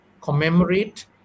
commemorate